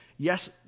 Yes